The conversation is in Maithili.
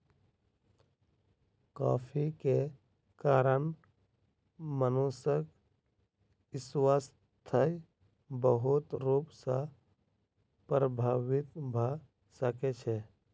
कॉफ़ी के कारण मनुषक स्वास्थ्य बहुत रूप सॅ प्रभावित भ सकै छै